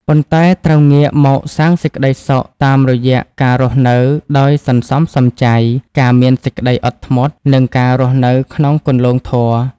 ប៉ុន្តែត្រូវងាកមកសាងសេចក្ដីសុខតាមរយៈការរស់នៅដោយសន្សំសំចៃ ការមានសេចក្ដីអត់ធ្មត់ និងការរស់នៅក្នុងគន្លងធម៌។